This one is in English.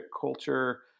culture